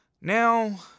Now